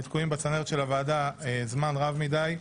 תקועים בצנרת של הוועדה זמן רב מדי.